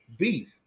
beef